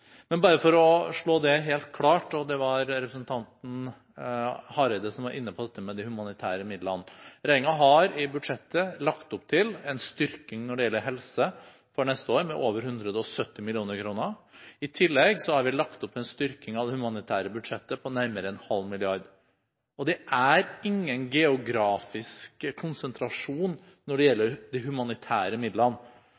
Men bare for å slå det helt klart fast – det var representanten Hareide som var inne på dette med de humanitære midlene: Regjeringen har i budsjettet lagt opp til en styrking når det gjelder helse for neste år med over 170 mill. kr. I tillegg har vi lagt opp til en styrking av det humanitære budsjettet på nærmere en halv milliard kroner. Og det er ingen geografisk konsentrasjon når det